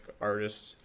artist